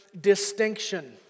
distinction